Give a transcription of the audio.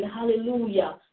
hallelujah